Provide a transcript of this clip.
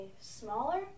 smaller